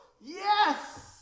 Yes